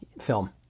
film